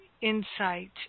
insight